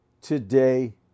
today